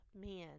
men